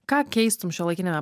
ką keistum šiuolaikiniame